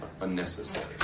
unnecessary